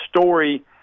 story